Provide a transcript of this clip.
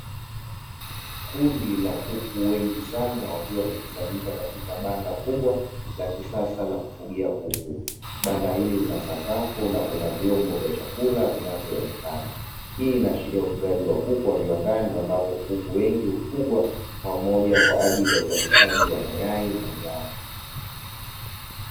Kundi la kuku wengi sana wakiwa wamekusanyika katika banda kubwa la kisasa la kufugia kuku. Banda hili lina sakafu na vyombo vya chakula vinavyoonekana, hii inaashiria ufugaji wa kuku wa viwandani, ambapo kuku wengi hufugwa pamoja kwa ajili ya uzalishaji wa mayai na nyama.